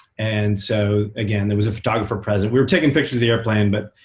and so, again, there was a photographer present. we were taking pictures of the airplane, but